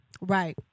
Right